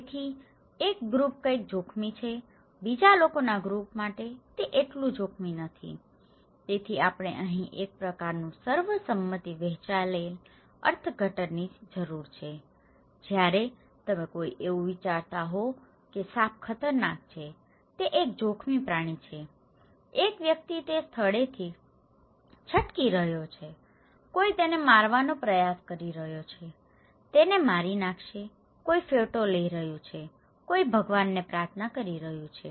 તેથી એક ગ્રુપ કંઈક જોખમી છે બીજા લોકોના ગ્રુપ માટે તે એટલું જોખમી નથી તેથી આપણે અહીં એક પ્રકારનું સર્વસંમતિ વહેંચાયેલ અર્થની જરૂર છે જ્યારે તમે કોઈ એવું વિચારતા હોવ કે સાપ ખતરનાક છે તે એક જોખમી પ્રાણી છે એક વ્યક્તિ તે સ્થળેથી છટકી રહ્યો છે કોઈ તેને મારવાનો પ્રયાસ કરી રહ્યો છે તેને મારી નાખશે કોઈ ફોટો લઈ રહ્યું છે કોઈ ભગવાનને પ્રાર્થના કરી રહ્યું છે